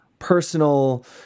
personal